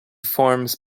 forms